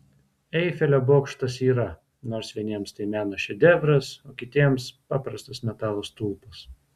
eifelio bokštas yra nors vieniems tai meno šedevras o kitiems paprastas metalo stulpas